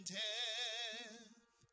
death